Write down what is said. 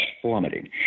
Plummeting